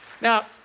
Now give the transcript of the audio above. Now